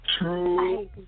True